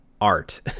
art